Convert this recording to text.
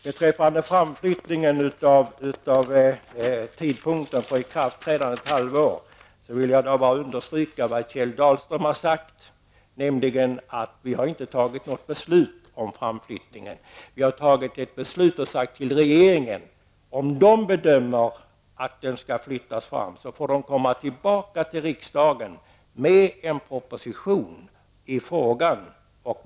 Beträffande framflyttningen av tidpunkten för ikraftträdande med ett halvår, vill jag understryka vad Kjell Dahlström har sagt. Vi har inte fattat något beslut om att flytta fram tidpunkten för ikraftträdandet. Vi har fattat beslut och sagt att om regeringen bedömer att tidpunkten skall flyttas fram, får den komma tillbaka till riksdagen med en proposition i frågan.